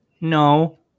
no